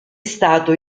stato